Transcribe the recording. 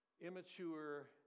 immature